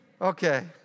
Okay